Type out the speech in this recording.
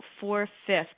four-fifths